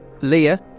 Leah